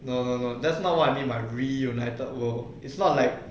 no no no that's not what I mean by reunited world it's not like